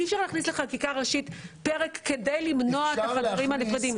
אי אפשר להכניס לחקיקה ראשית פרק כדי למנוע את החדרים הנפרדים.